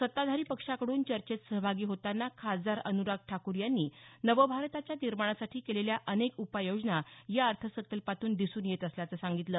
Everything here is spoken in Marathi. सत्ताधारी पक्षाकडून चर्चेत सहभागी होताना खासदार अनुराग ठाकूर यांनी नवभारताच्या निर्माणासाठी केलेल्या अनेक उपाययोजना या अर्थसंकल्पातून दिसून येत असल्याचं सांगितलं